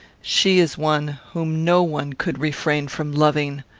she is one whom no one could refrain from loving,